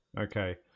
okay